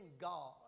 God